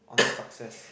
on success